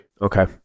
Okay